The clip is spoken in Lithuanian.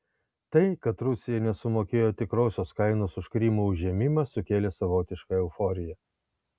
tai kad rusija nesumokėjo tikrosios kainos už krymo užėmimą sukėlė savotišką euforiją